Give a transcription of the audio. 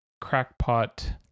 crackpot